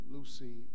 Lucy